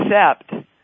accept